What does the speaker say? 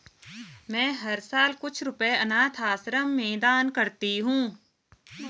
मैं हर साल कुछ रुपए अनाथ आश्रम में दान करती हूँ